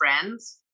friends